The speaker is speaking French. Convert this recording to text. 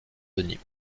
denis